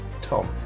Tom